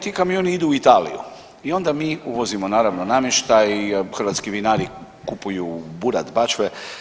Ti kamioni idu u Italiju i onda mi uvozimo naravno namještaj, hrvatski vinari kupuju burad, bačve.